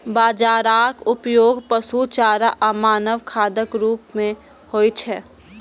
बाजराक उपयोग पशु चारा आ मानव खाद्यक रूप मे होइ छै